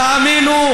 תאמינו,